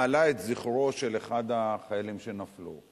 מעלה את זכרו של אחד החיילים שנפלו.